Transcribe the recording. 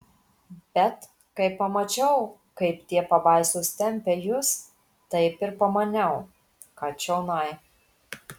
bet kai pamačiau kaip tie pabaisos tempia jus taip ir pamaniau kad čionai